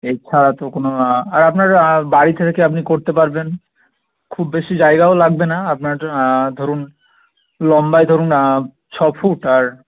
এছাড়া তো কোনো আর আপনার বাড়ি থেকে কি আপনি করতে পারবেন খুব বেশি জায়গাও লাগবে না আপনার ধরুন লম্বায় ধরুন ছ ফুট আর